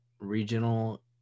regional